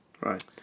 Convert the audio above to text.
Right